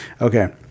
okay